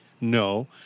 No